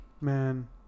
Man